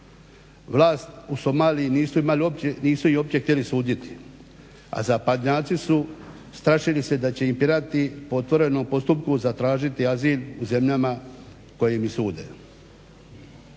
Vlast u Somaliji nisu iz uopće htjeli suditi, a zapadnjaci su strašili se da će im pirati po otvorenom postupku zatražiti azil u zemljama u kojim im sude.